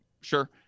sure